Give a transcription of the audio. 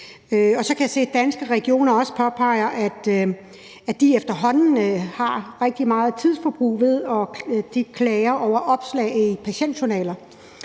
Danske Regioner også påpeger, at de efterhånden har rigtig meget tidsforbrug på grund af klager over opslag i patientjournaler,